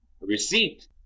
receipt